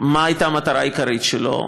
מה הייתה המטרה העיקרית שלו?